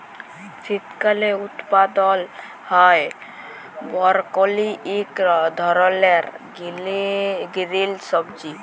শীতকালে উৎপাদল হ্যয় বরকলি ইক ধরলের গিরিল সবজি